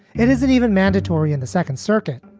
it isn't even mandatory in the second circuit,